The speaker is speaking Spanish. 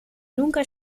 nunca